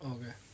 Okay